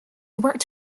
worked